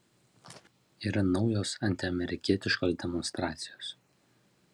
yra naujos antiamerikietiškos demonstracijos